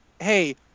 Hey